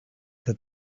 that